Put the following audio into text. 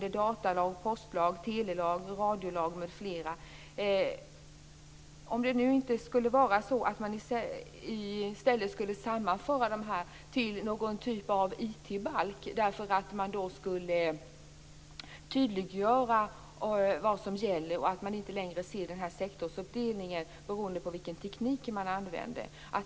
Det är datalag, postlag, telelag, radiolag m.fl. Om man i stället sammanförde dessa till någon typ av IT-balk, skulle man tydliggöra vad som gäller - att man inte längre ser denna sektorsuppdelning beroende på vilken teknik man använder.